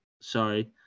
sorry